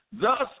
Thus